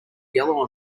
yellow